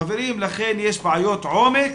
חברים, לכן יש בעיות עומק.